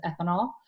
ethanol